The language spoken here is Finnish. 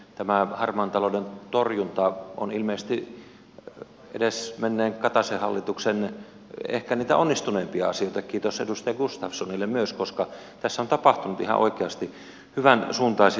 tämä harmaan talouden torjunta on ilmeisesti edesmenneen kataisen hallituksen ehkä niitä onnistuneimpia asioita kiitos edustaja gustafssonille myös koska tässä on tapahtunut ihan oikeasti hyvänsuuntaisia oikeansuuntaisia asioita